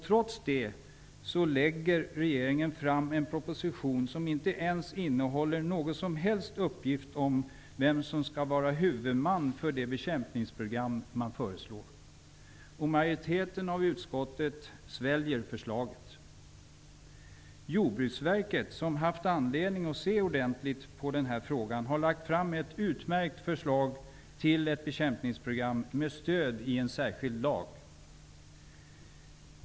Trots detta lägger regeringen fram en proposition som inte innehåller någon som helst uppgift om vem som skall vara huvudman för det bekämpningsprogram som man föreslår. Och majoriteten av utskottet sväljer förslaget. Jordbruksverket, som haft anledning att se ordentligt på den här frågan, har lagt fram ett utmärkt förslag till ett bekämpningsprogram med stöd i en särskild lag.